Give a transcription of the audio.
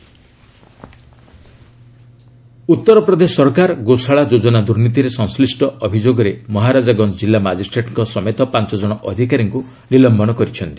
UP officers Uttar Pradesh ସରକାର ଗୋଶାଳା ଯୋଜନା ଦୁର୍ନୀତିରେ ସଂଶ୍ଳିଷ୍ଟ ଅଭିଯୋଗରେ ମହାରାଜାଗଞ୍ଜ କିଲ୍ଲା ମାକିଷ୍ଟ୍ରେଟଙ୍କ ସମେତ ପାଞ୍ଚ ଜଣ ଅଧିକାରୀଙ୍କୁ ନିଲୟନ କରିଛନ୍ତି